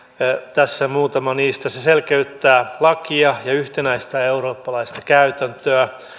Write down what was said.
tässä muutama niistä se selkeyttää lakia ja yhtenäistää eurooppalaista käytäntöä